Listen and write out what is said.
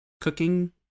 cooking